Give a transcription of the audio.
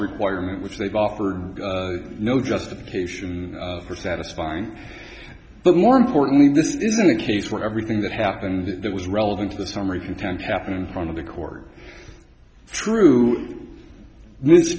requirement which they've offered no justification for satisfying but more importantly this isn't a case where everything that happened that was relevant to the summary content happened in front of the court true